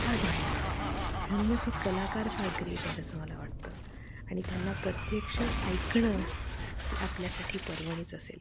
फार भारी आहे म्हणूनच हे कलाकार फार ग्रेट आहेत असं मला वाटतं आणि त्यांना प्रत्यक्ष ऐकणं ही आपल्यासाठी परवणीच असेल